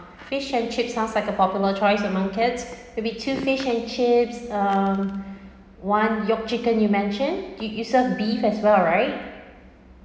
fish and chip sounds like a popular choice among kids maybe two fish and chips um one yeah chicken you mentioned you you serve beef as well right